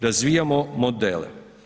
Razvijamo modele.